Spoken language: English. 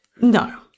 No